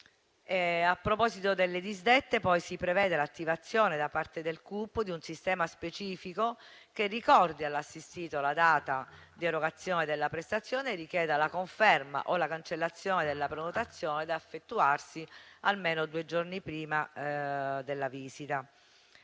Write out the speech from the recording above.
A proposito delle disdette, poi, si prevede l'attivazione da parte del CUP di un sistema specifico che ricordi all'assistito la data di erogazione della prestazione e richieda la conferma o la cancellazione della prenotazione, da effettuarsi almeno due giorni prima della visita.